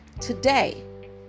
today